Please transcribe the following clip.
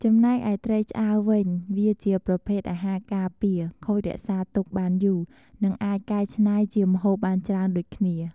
ចំណេកឯត្រីឆ្អើរវិញ វាជាប្រភេទអាហារការពារខូចរក្សាទុកបានយូរនិងអាចកែច្នៃជាម្ហូបបានច្រើនដូចគ្នា។